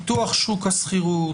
פיתוח שוק השכירות,